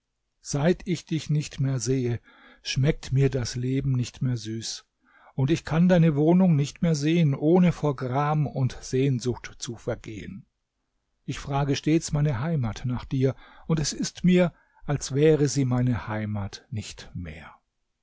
seit ich dich nicht mehr sehe schmeckt mir das leben nicht mehr süß und ich kann deine wohnung nicht mehr sehen ohne vor gram und sehnsucht zu vergehen ich frage stets meine heimat nach dir und es ist mir als wäre sie meine heimat nicht mehr